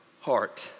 heart